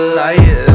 light